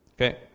Okay